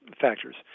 factors